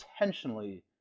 intentionally